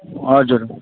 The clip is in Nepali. हजुर